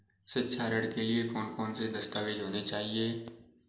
शिक्षा ऋण के लिए कौन कौन से दस्तावेज होने चाहिए?